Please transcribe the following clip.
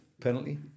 Penalty